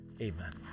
Amen